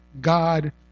God